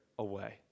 Away